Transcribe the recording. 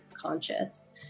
conscious